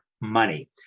money